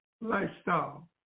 lifestyle